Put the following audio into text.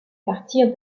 partir